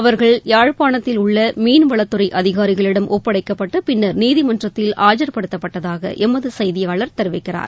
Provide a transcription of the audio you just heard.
அவர்கள் யாழ்ப்பாணத்தில் உள்ள மீன்வளத் துறை அதிகாரிகளிடம் ஒப்படைக்கப்பட்டு பின்னர் நீதிமன்றத்தில் ஆஜர்படுத்தப்பட்டதாக எமது செய்தியாளர் தெரிவிக்கிறார்